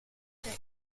der